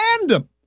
random